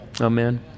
Amen